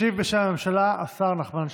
ישיב, בשם הממשלה, השר נחמן שי.